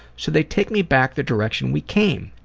so they take me back the direction we came,